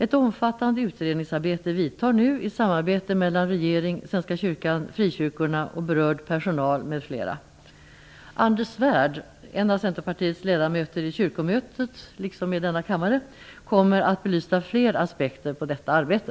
Ett omfattande utredningsarbete vidtar nu i samarbete mellan regeringen, Svenska kyrkan, frikyrkorna, den berörda personalen, m.fl. Anders Svärd, en av Centerpartiets ledamöter vid kyrkomötet liksom i denna kammare, kommer att belysa flera aspekter på detta arbete.